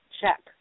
check